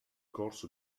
corso